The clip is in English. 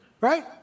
Right